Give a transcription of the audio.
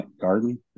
Garden